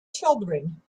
children